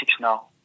now